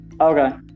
Okay